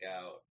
out